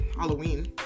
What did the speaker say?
Halloween